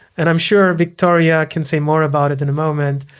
and i'm sure victoria can say more about it in a moment,